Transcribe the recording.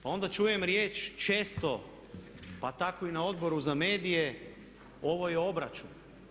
Pa onda čujem riječ često pa tako i na Odboru za medije ovo je obračun.